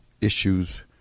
issues